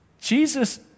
Jesus